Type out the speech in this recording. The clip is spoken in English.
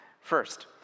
First